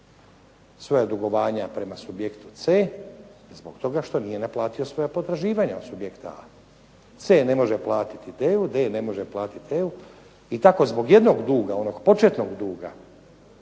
svoja dugovanja prema subjektu C zbog toga što nije naplatio svoja potraživanja od subjekta A. C ne može platiti D-u, D ne može platiti E-u i tako zbog jednog duga onog početnog duga